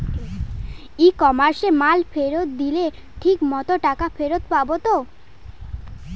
ই কমার্সে মাল ফেরত দিলে ঠিক মতো টাকা ফেরত পাব তো?